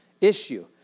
issue